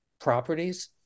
properties